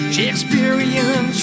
Shakespearean